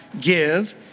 give